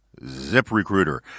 ZipRecruiter